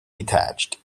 detached